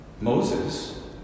Moses